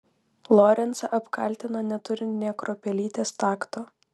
lorencą apkaltino neturint nė kruopelytės takto